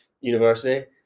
university